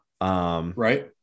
Right